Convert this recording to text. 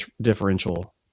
differential